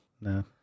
No